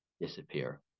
disappear